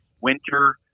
winter